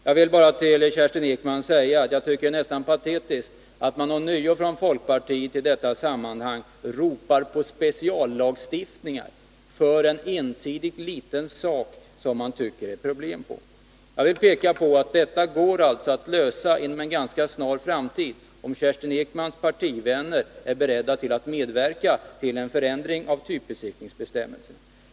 Jag vill säga till Kerstin Ekman att jag tycker att det är nästan patetiskt när folkpartister på nytt ropar på speciallagstiftning bara därför att man tycker att det finns problem med en enda liten sak. Detta problem går att lösa inom en ganska snar framtid, om Kerstin Ekmans partivänner är beredda att medverka till en förändring av typbesiktningsbestämmelserna.